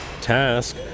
task